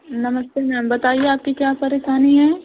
नमस्ते मैम बताइए आपकी क्या परेशानी है